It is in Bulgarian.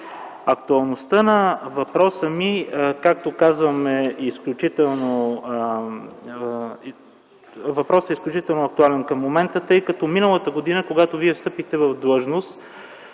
Актуалността на въпроса ми, както казвам, е изключително актуален към момента, тъй като миналата година, когато Вие встъпихте в длъжност,